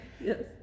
Yes